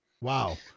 Wow